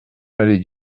allée